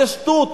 זה שטות,